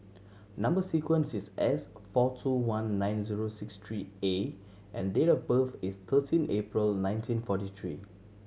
number sequence is S four two one nine zero six three A and date of birth is thirteen April nineteen forty three